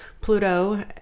Pluto